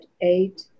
eight